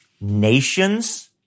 Nations